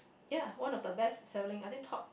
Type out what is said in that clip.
ya one of the best selling I think top